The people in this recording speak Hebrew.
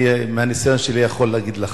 אני מהניסיון שלי יכול להגיד לך,